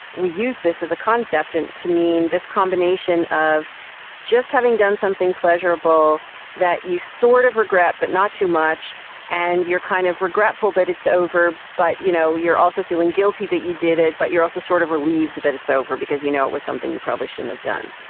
we use this as a concept and to mean this combination of just having done something pleasurable that you sort of regret but not too much and you're kind of regretful that it's over but you know you're also feeling guilty that you did it but you're also sort of relieved that it's over because you know it was something you probably shouldn't have done.